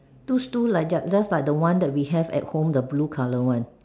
looks two just the just like the one we have at home the blue colour one